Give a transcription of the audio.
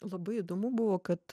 labai įdomu buvo kad